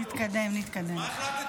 נתקדם,